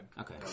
Okay